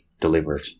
delivered